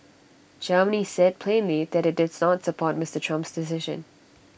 Germany said plainly that IT does not support Mister Trump's decision